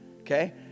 okay